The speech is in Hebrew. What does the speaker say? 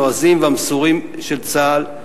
הנועזים והמסורים של צה"ל,